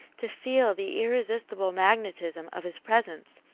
to feel the irresistible magnetism of his presence,